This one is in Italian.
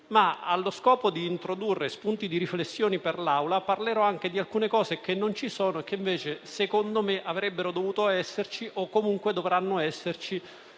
ma, allo scopo di introdurre spunti di riflessioni per l'Assemblea, parlerò anche di alcuni contenuti che non ci sono e che invece, secondo me, avrebbero dovuto esserci o comunque dovranno esserci